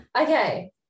Okay